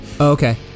Okay